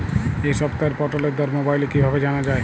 এই সপ্তাহের পটলের দর মোবাইলে কিভাবে জানা যায়?